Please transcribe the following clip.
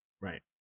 Right